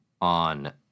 on